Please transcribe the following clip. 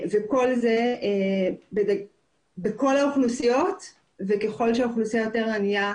כל זה בכל האוכלוסיות וככל שהאוכלוסייה יותר ענייה,